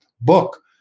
book